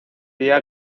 día